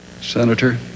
senator